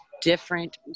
different